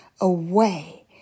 away